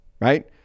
right